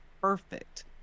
perfect